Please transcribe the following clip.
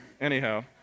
Anyhow